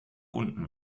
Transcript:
unten